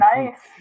Nice